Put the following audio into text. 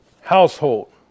household